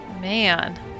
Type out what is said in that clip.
man